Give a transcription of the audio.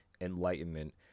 enlightenment